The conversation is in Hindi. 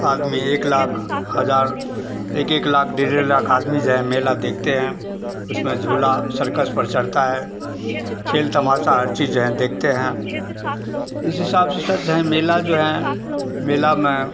आदमी एक लाख हज़ार एक एक लाख डेढ़ डेढ़ लाख आदमी जाे हैं मेला देखते हैं उसमें झूला सर्कस पर चढ़ता है खेल तमाशा हर चीज़ जो हैं देखते हैं इस हिसाब से सर जो हैं मेला जो हैं मेले में